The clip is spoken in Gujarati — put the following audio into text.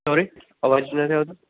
સોરી અવાજ નથી આવતો